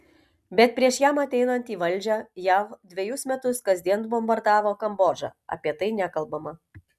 bet prieš jam ateinant į valdžią jav dvejus metus kasdien bombardavo kambodžą apie tai nekalbama